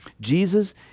Jesus